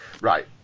Right